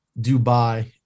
Dubai